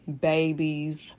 babies